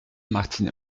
martine